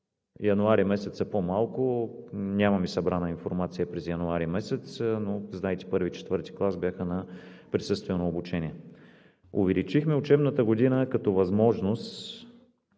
Януари месец са по-малко. Нямаме събрана информация през януари месец, но, знаете, че от I до IV клас бяха на присъствено обучение. Увеличихме учебната година като възможност